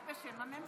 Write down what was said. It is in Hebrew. שרים?